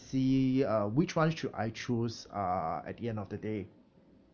see uh which [one] should I choose uh at the end of the day